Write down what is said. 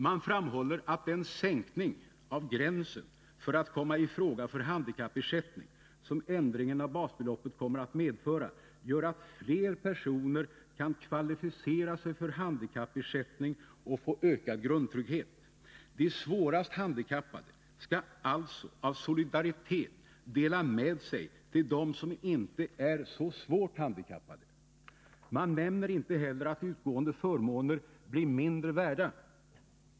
Man framhåller att den sänkning av gränsen för att komma i fråga för handikappersättning, som ändringen av basbeloppet kommer att medföra, gör att fler personer kan kvalificera sig för handikappersättning och få ökad grundtrygghet. De svårast handikappade skall alltså av solidaritet dela med sig till dem som inte är så svårt handikappade. Man nämner inte heller att utgående förmåner blir mindre värda!